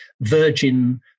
Virgin